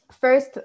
First